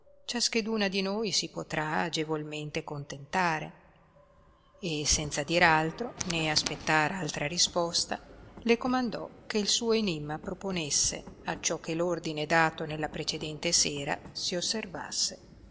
ciascheduna di noi si potrà agevolmente contentare e senza dir altro né aspettar altra risposta le comandò che suo enimma proponesse acciò che l'ordine dato nella precedente sera si osservasse